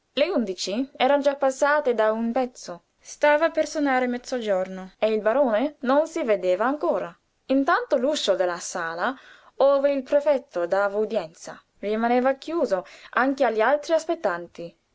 le undici eran già passate da un pezzo stava per sonare mezzogiorno e il barone non si vedeva ancora intanto l'uscio della sala ove il prefetto dava udienza rimaneva chiuso anche agli altri aspettanti